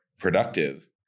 Productive